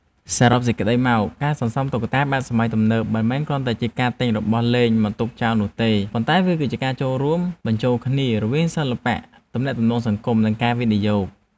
សរុបសេចក្ដីមក ការសន្សំតុក្កតាបែបសម័យទំនើបមិនមែនគ្រាន់តែជាការទិញរបស់លេងមកទុកចោលនោះទេ ប៉ុន្តែវាគឺជាការរួមបញ្ចូលគ្នារវាង សិល្បៈ ទំនាក់ទំនងសង្គម និងការវិនិយោគ។